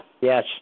Yes